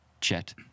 Chet